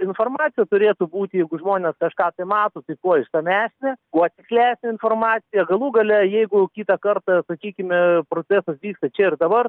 informacija turėtų būti jeigu žmonės kažką tai mato tai kuo išsamesnė kuo tikslesnė informacija galų gale jeigu kitą kartą sakykime procesas vyksta čia ir dabar